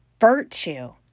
virtue